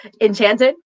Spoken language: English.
Enchanted